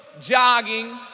jogging